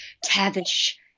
Tavish